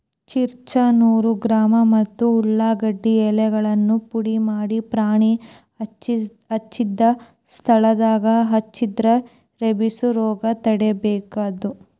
ಚಿರ್ಚ್ರಾ ನೂರು ಗ್ರಾಂ ಮತ್ತ ಉಳಾಗಡ್ಡಿ ಎಲೆಗಳನ್ನ ಪುಡಿಮಾಡಿ ಪ್ರಾಣಿ ಕಚ್ಚಿದ ಸ್ಥಳದಾಗ ಹಚ್ಚಿದ್ರ ರೇಬಿಸ್ ರೋಗ ತಡಿಬೋದು